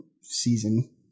season